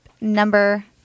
number